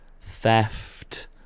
Theft